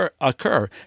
occur